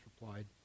replied